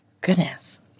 goodness